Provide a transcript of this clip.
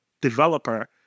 developer